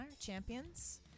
Champions